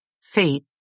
fate